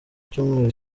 cyumweru